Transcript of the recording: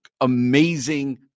amazing